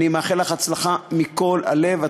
אני מאחל לך הצלחה מכל הלב,